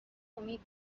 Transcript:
امید